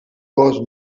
cos